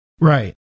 Right